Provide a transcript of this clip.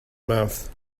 mouth